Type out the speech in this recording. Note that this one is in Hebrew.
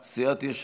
בסיעת יש עתיד.